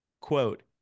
Quote